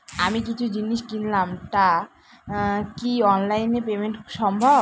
আমি কিছু জিনিস কিনলাম টা কি অনলাইন এ পেমেন্ট সম্বভ?